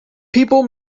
people